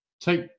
take